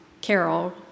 Carol